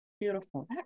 Beautiful